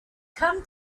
come